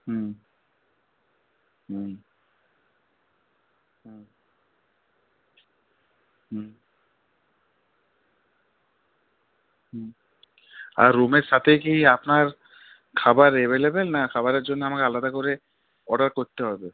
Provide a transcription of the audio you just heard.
হুম হুম হুম হুম হুম আর রুমের সাথেই কি আপনার খাবার অ্যাভেলেবল না খাবারের জন্য আমাকে আলাদা করে অর্ডার করতে হবে